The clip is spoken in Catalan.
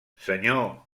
senyor